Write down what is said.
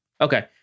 Okay